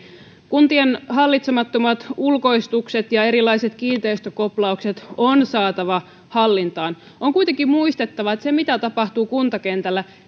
kuntien hallitsemattomat ulkoistukset ja erilaiset kiinteistökoplaukset on saatava hallintaan on kuitenkin muistettava että se mitä tapahtuu kuntakentällä